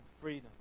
freedom